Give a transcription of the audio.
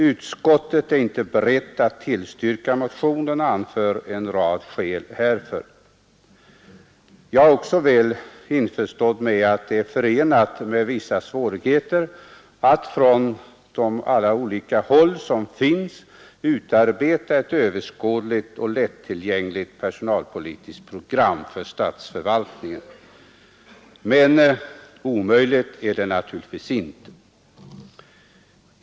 Utskottet är inte berett att tillstyrka motionen och anför en rad skäl härför. Jag är också väl införstådd med att det är förenat med vissa svårigheter att utarbeta ett överskådligt och lättillgängligt personalpolitiskt program för statsförvaltningen. Men omöjligt är det naturligtvis inte.